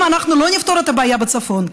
אם אנחנו לא נפתור את הבעיה בצפון,